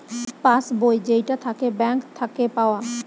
pass বই যেইটা থাকে ব্যাঙ্ক থাকে পাওয়া